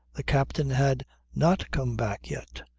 the captain had not come back yet.